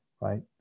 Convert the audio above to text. Right